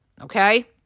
Okay